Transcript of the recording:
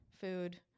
food